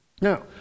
Now